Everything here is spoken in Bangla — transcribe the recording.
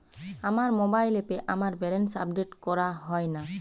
আমার মোবাইল অ্যাপে আমার ব্যালেন্স আপডেট করা হয় না